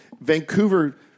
Vancouver